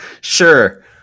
Sure